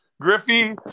Griffey